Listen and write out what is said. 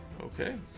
Okay